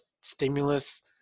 stimulus